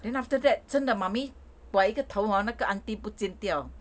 then after that 真的 mummy 拐一个头 hor 那个 aunty 不见掉